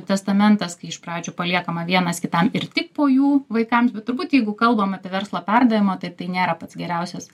testamentas kai iš pradžių paliekama vienas kitam ir tik po jų vaikams bet turbūt jeigu kalbam apie verslo perdavimą tai tai nėra pats geriausias